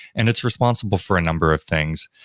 and it's responsible for a number of things.